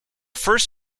first